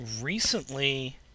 recently